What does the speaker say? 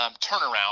turnaround